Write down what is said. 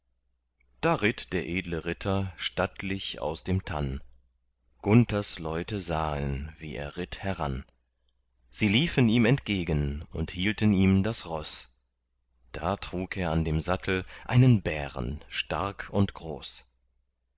da ritt der edle ritter stattlich aus dem tann gunthers leute sahen wie er ritt heran sie liefen ihm entgegen und hielten ihm das roß da trug er an dem sattel einen bären stark und groß